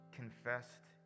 confessed